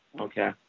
Okay